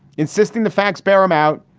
insisting the facts bear him out.